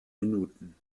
minuten